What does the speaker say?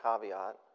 caveat